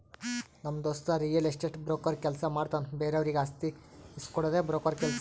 ನಮ್ ದೋಸ್ತ real estate broker ಕೆಲ್ಸ ಮಾಡ್ತಾನ್ ಬೇರೆವರಿಗ್ ಆಸ್ತಿ ಇಸ್ಕೊಡ್ಡದೆ ಬ್ರೋಕರ್ ಕೆಲ್ಸ